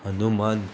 Hanuman